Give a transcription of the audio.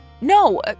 No